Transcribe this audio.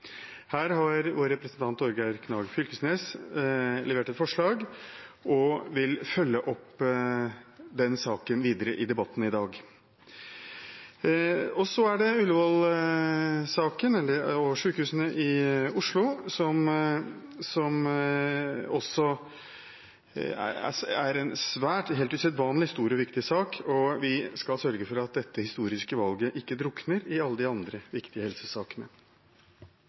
Her har vår representant Torgeir Knag Fylkesnes levert et forslag og vil følge opp den saken videre i debatten i dag. Så er det Ullevål-saken og sykehusene i Oslo, som også er en helt usedvanlig stor og viktig sak. Vi skal sørge for at dette historiske valget ikke drukner i alle de andre viktige helsesakene.